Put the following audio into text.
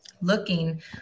looking